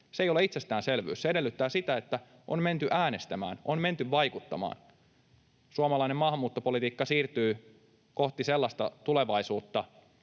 Se ei ole itsestäänselvyys. Se edellyttää sitä, että on menty äänestämään, on menty vaikuttamaan. Suomalainen maahanmuuttopolitiikka siirtyy kohti sellaista tulevaisuutta,